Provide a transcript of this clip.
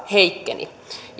heikkeni